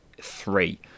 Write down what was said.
three